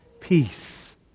peace